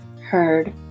heard